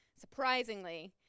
surprisingly